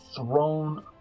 thrown